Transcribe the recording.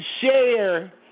share